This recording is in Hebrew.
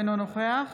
אינו נוכח